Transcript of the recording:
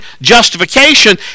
justification